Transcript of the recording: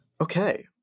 okay